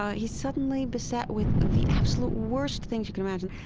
ah he's suddenly beset with the absolute worse things you can imagine.